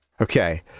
Okay